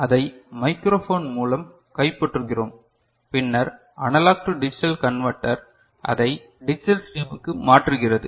அதை மைக்ரோஃபோன் மூலம் கைப்பற்றுகிறோம் பின்னர் அனலாக் டு டிஜிட்டல் கன்வர்ட்டர் அதை டிஜிட்டல் ஸ்ட்ரீமுக்கு மாற்றுகிறது